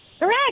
Correct